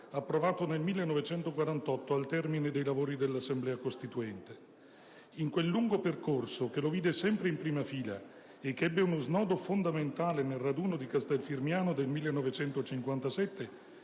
approvato nel 1948 al termine dei lavori dell'Assemblea costituente. In quel lungo percorso, che lo vide sempre in prima fila e che ebbe uno snodo fondamentale nel raduno di Castel Firmiano del 1957